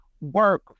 work